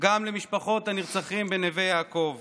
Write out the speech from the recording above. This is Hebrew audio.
גם למשפחות הנרצחים בנווה יעקב